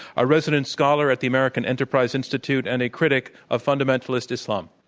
a resident scholar at the american enterprise institute and a critic of fundamentalist islam.